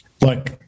Look